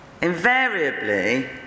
invariably